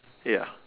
ya